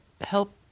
help